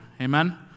Amen